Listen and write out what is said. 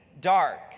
dark